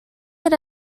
era